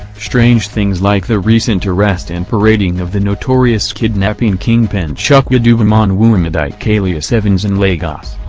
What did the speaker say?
strange things like the recent arrest and parading of the notorious kidnapping kingpin chukwudubem onwuamadike alias evans in lagos.